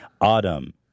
Autumn